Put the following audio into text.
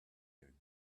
you